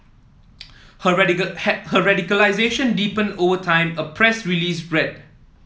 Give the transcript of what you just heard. her hi her radicalisation deepened over time a press release read